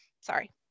Sorry